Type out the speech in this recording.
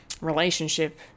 relationship